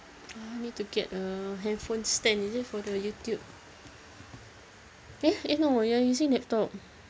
ah need to get a handphone stand is it for the YouTube eh eh no we're using laptop